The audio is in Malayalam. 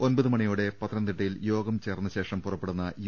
ഒൻപത് മണിയോടെ പത്തനംതിട്ടയിൽ യോഗം ചേർന്ന ശേഷം പുറപ്പെടുന്ന യു